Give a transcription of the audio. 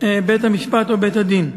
בית-המשפט או בית-הדין.